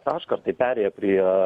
tašką tai perėja prie